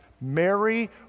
Mary